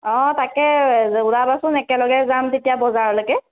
অ' তাকে ওলাবাচোন একেলগে যাম তেতিয়া বজাৰলৈকে